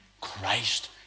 Christ